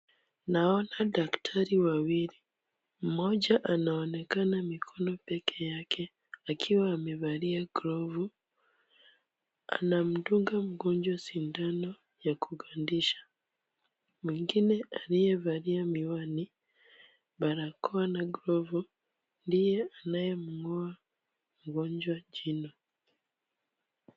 Naona daktari wawili. Mmoja anaonekana mikono pekee yake akiwa amevalia glovu. Anamdunga mgonjwa sindano ya kugandisha. Mwingine aliyevalia miwani, barakoa na glovu ndiye anayemng'oa mgonjwa jino.